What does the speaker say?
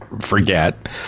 forget